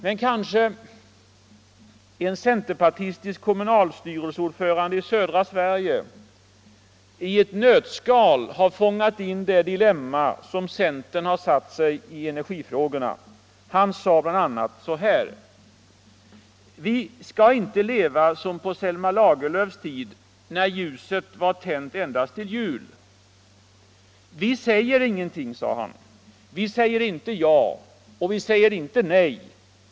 Men kanske en centerpartistisk kommunstyrelseordförande i södra Sverige i ett nötskal fångade in det dilemma som centern satt sig i i energifrågorna. Han sade bl.a. så här: ”Vi ska inte leva som på Selma Lagerlöfs tid, när ljuset vår tänt endast till jul. Vi säger ingenting. Vi säger inte ja — och vi säger inte nej.